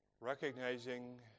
Recognizing